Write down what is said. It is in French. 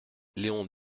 léon